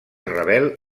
rebel